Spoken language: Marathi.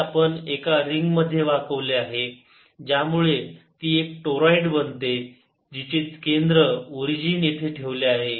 ते आपण एका रिंगमध्ये वाकवले आहे ज्यामुळे ती एक टोराईड बनते जी चे केंद्र ओरिजीन येथे ठेवले आहे